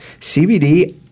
CBD